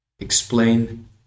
Explain